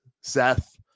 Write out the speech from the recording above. Seth